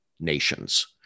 nations